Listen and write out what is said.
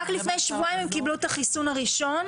רק לפני שבועיים הם קיבלו את החיסון הראשון.